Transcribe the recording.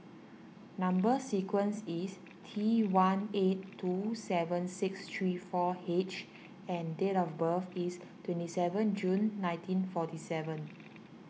Number Sequence is T one eight two seven six three four H and date of birth is twenty seven June nineteen forty seven